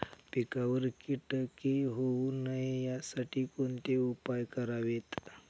पिकावर किटके होऊ नयेत यासाठी कोणते उपाय करावेत?